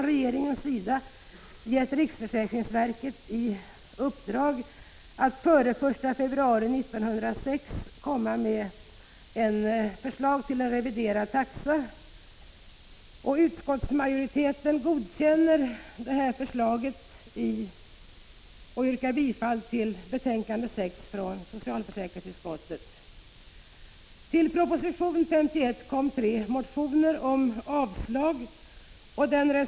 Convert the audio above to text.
Regeringen har gett riksförsäkringsverket i uppdrag att före den 1 februari 1986 lägga fram förslag om en reviderad taxa. Majoriteten i socialförsäkringsutskottet godkänner regeringens förslag och har i betänkandet nr 6 tillstyrkt propositionen. Med anledning av propositionen väcktes tre motioner med yrkande om avslag på densamma.